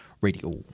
Radio